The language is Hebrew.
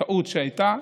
טעות שהייתה.